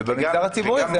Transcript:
ובמגזר הציבורי הכול הולך.